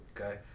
Okay